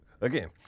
Again